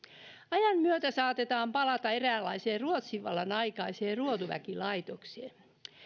ajan myötä saatetaan palata eräänlaiseen ruotsin vallan aikaiseen ruotuväkilaitokseen